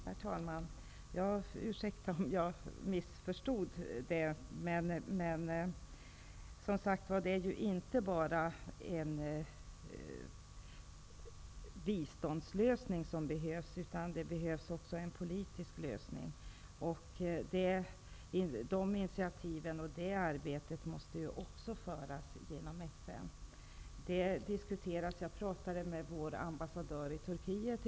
Herr talman! Jag ber om ursäkt om jag missförstod utrikesministern. Men det är inte bara en biståndslösning som behövs, utan det behövs också en politisk lösning. De initiativen måste också gå genom FN. Jag pratade i dag på morgonen med vår ambassadör i Turkiet.